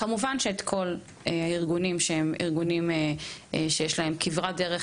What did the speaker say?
כמובן שגם את כל הארגונים שעשו כברת דרך